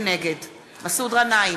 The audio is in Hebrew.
נגד מסעוד גנאים,